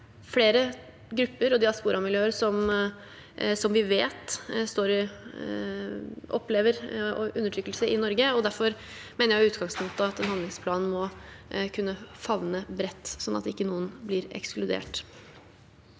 flere grupper og diasporamiljøer som vi vet står i og opplever undertrykkelse i Norge. Derfor mener jeg i utgangspunktet at en handlingsplan må kunne favne bredt, sånn at ikke noen blir ekskludert.